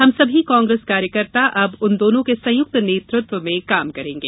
हम सभी कांग्रेस कार्यकर्ता अब उन दोनों के संयुक्त नेतृत्व में काम करेंगे